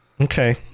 Okay